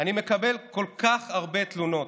אני מקבל כל כך הרבה תלונות.